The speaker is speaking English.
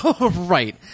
right